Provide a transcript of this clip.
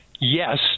Yes